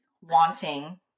wanting